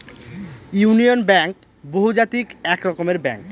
union Bank বহুজাতিক এক রকমের ব্যাঙ্ক